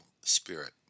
Spirit